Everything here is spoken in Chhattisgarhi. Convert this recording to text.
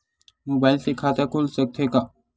मुबाइल से खाता खुल सकथे का?